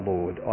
Lord